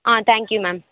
ah thank you ma'am